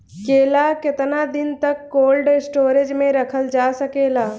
केला केतना दिन तक कोल्ड स्टोरेज में रखल जा सकेला?